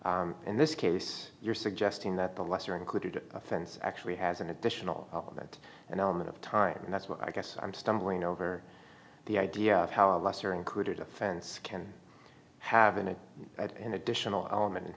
it in this case you're suggesting that the lesser included offense actually has an additional element an element of time and that's what i guess i'm stumbling over the idea of how a lesser included offense can have an a at an additional element